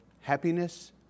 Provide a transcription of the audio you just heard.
happiness